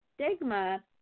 stigma